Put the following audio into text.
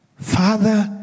Father